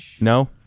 No